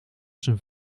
zijn